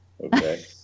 Okay